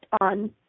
on